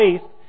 faith